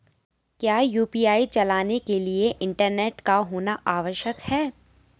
क्या यु.पी.आई चलाने के लिए इंटरनेट का होना आवश्यक है?